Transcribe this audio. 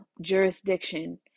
jurisdiction